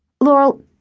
Laurel